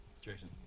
Jason